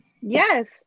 Yes